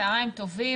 צוהריים טובים,